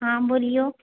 हँ बोलिऔ